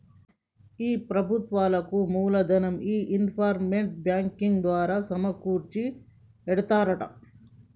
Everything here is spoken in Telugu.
ప్రభుత్వాలకు మూలదనం ఈ ఇన్వెస్ట్మెంట్ బ్యాంకింగ్ ద్వారా సమకూర్చి ఎడతారట